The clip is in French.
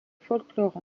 folklore